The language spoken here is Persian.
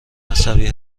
عصبی